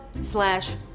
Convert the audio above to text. slash